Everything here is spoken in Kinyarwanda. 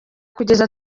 kugeza